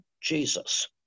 Jesus